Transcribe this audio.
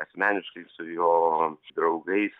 asmeniškai su jo draugais